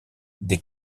des